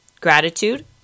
gratitude